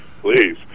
Please